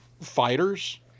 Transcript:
fighters